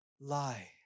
lie